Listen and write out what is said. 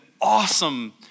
awesome